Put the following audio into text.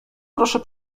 proszę